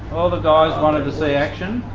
all the guys wanted to see action,